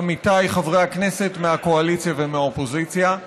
עמיתיי חברי הכנסת מהקואליציה ומהאופוזיציה.